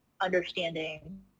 understanding